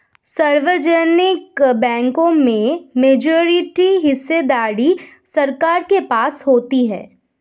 सार्वजनिक बैंकों में मेजॉरिटी हिस्सेदारी सरकार के पास होती है